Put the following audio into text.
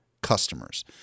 customers